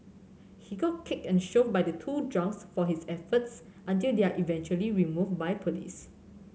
he got kicked and shoved by the two drunks for his efforts until they are eventually removed by police